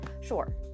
Sure